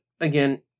again